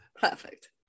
perfect